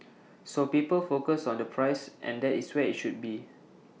so people focus on the price and that is where IT should be